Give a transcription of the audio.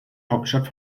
hauptstadt